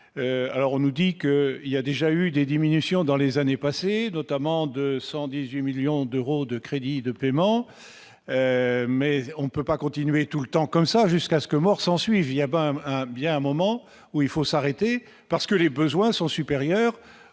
alors on nous dit qu'il y a déjà eu des diminutions dans les années passées, notamment de 118 millions d'euros de crédits de paiement mais on peut pas continuer tout le temps comme ça jusqu'à ce que Morse ensuivie ya ba a bien un moment où il faut s'arrêter parce que les besoins sont supérieurs